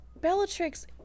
Bellatrix